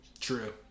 True